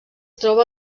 troba